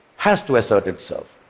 has to assert itself,